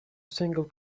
single